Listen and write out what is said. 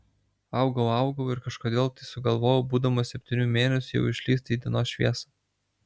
augau augau ir kažkodėl tai sugalvojau būdamas septynių mėnesių jau išlįsti į dienos šviesą